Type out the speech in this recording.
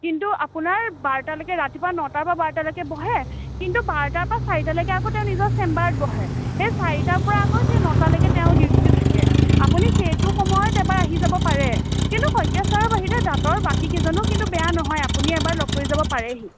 কিন্তু আপোনাৰ বাৰটালৈকে ৰাতিপুৱা নটাৰ পৰা বাৰটালৈকে বহে কিন্তু বাৰটাৰ পৰা চাৰিটালৈকে আকৌ তেওঁ নিজৰ চেম্বাৰত বহে সেই চাৰিটাৰ পৰা আকৌ সেই নটালৈকে তেওঁ ডিউটিত থাকে আপুনি সেইটো সময়ত এবাৰ আহি যাব পাৰে কিন্তু শইকীয়া ছাৰৰ বাহিৰে দাঁতৰ বাকীকেইজনো কিন্তু বেয়া নহয় আপুনি এবাৰ লগ কৰি যাব পাৰেহি